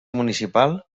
municipal